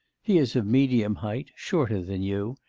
he is of medium height, shorter than you,